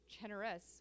generous